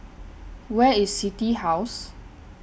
Where IS City House